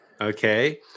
Okay